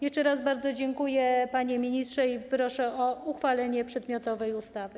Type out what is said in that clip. Jeszcze raz bardzo dziękuję, panie ministrze, i proszę o uchwalenie przedmiotowej ustawy.